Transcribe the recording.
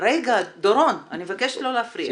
רגע, דורון, אני מבקשת לא להפריע.